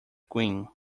queen